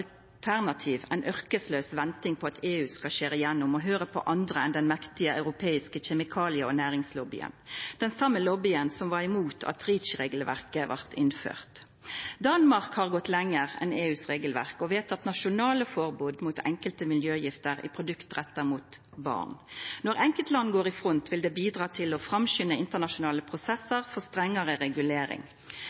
på at EU skal skjera igjennom og høyra på andre enn den mektige europeiske kjemikalie- og næringslobbyen – den same lobbyen som var imot at REACH-regelverket blei innført. Danmark har gått lenger enn EUs regelverk og vedteke nasjonale forbod mot enkelte miljøgifter i produkt retta mot barn. Når enkeltland går i front, vil det bidra til å framskunda internasjonale prosessar for strengare regulering.